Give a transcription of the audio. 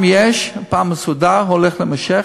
בראש הוועדה הזאת, הוועדה המשותפת,